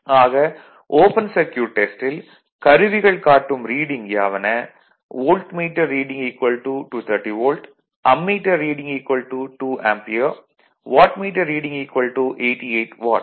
ஆக open circuit டெஸ்டில் கருவிகள் காட்டும் ரீடிங் யாவன voltmeter reading 230 volt ammeter reading 2 ampere wattmeter reading 88 what